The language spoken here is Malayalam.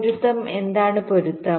പൊരുത്തം എന്താണ് പൊരുത്തം